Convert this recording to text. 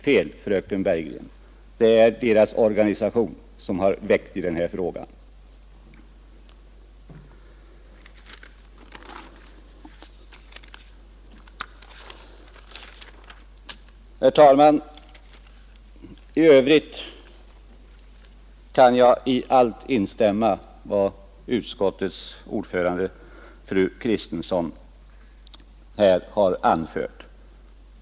Fel, fröken Bergegren, det är vårdpersonalens organisation som har väckt denna fråga. Herr talman! I övrigt kan jag helt instämma i vad utskottets ordförande, fru Kristensson, här har anfört.